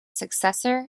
successor